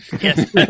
Yes